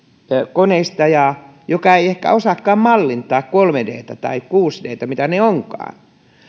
koneistajaa joka ei ehkä osaakaan mallintaa kolme d tä tai kuusi d tä mitä ne ovatkaan